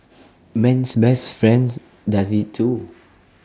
man's best friends does IT too